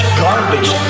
garbage